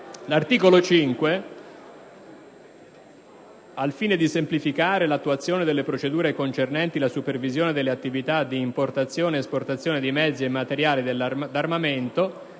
dell'Accordo «al fine di semplificare l'attuazione delle procedure concernenti la supervisione delle attività di importazione ed esportazione di mezzi e materiali d'armamento»